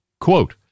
Quote